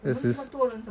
二十